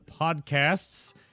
podcasts